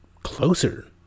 closer